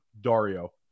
Dario